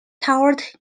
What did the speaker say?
toured